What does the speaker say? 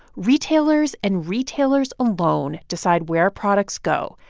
retailers and retailers alone decide where products go,